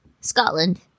Scotland